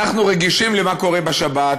אנחנו רגישים למה שקורה בשבת,